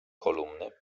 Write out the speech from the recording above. kolumny